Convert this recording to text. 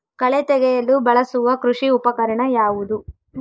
ಕಳೆ ತೆಗೆಯಲು ಬಳಸುವ ಕೃಷಿ ಉಪಕರಣ ಯಾವುದು?